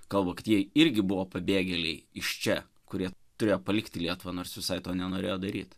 kalba kad jie irgi buvo pabėgėliai iš čia kurie turėjo palikti lietuvą nors visai to nenorėjo daryt